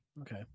Okay